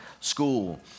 school